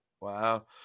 Wow